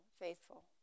faithful